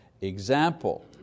example